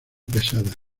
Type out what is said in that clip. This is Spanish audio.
pesada